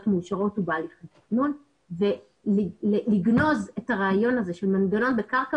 מאושרות ובהליך התכנון ולגנוז את הרעיון הזה של מנגנון בקרקע